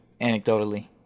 anecdotally